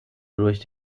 durch